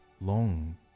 long